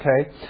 Okay